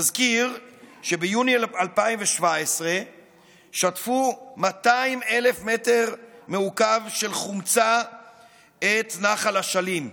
נזכיר שביוני 2017 שטפו 200,000 מ"ק של חומצה את נחל אשלים.